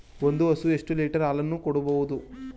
ಒಂದು ಹಸು ಎಷ್ಟು ಲೀಟರ್ ಹಾಲನ್ನು ಕೊಡಬಹುದು?